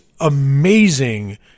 amazing